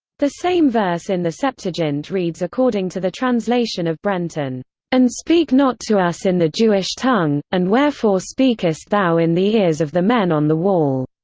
the same verse in the septuagint reads according to the translation of brenton and speak not to us in the jewish tongue and wherefore speakest thou in the ears of the men on the wall.